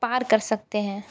पार कर सकते हैं